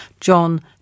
John